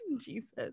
Jesus